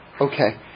Okay